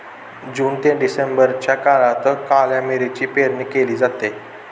जून ते डिसेंबरच्या काळात काळ्या मिरीची पेरणी केली जाते